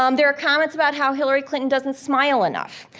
um there are comments about how hillary clinton doesn't smile enough.